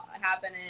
happening